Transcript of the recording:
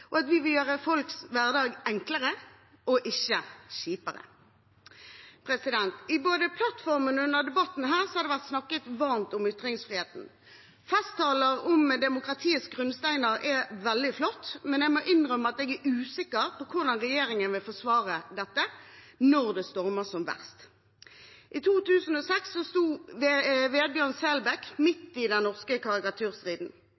og at vi vil gjøre folks hverdag enklere og ikke kjipere. I både plattformen og under debatten her har det vært snakket varmt om ytringsfriheten. Festtaler om demokratiets grunnsteiner er veldig flott, men jeg må innrømme at jeg er usikker på hvordan regjeringen vil forsvare dette når det stormer som verst. I 2006 sto